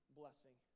blessing